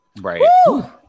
right